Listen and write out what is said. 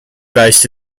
based